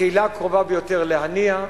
הקהילה הקרובה ביותר להנייה.